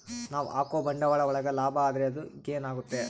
ನಾವ್ ಹಾಕೋ ಬಂಡವಾಳ ಒಳಗ ಲಾಭ ಆದ್ರೆ ಅದು ಗೇನ್ ಆಗುತ್ತೆ